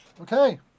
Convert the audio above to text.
Okay